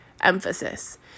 emphasis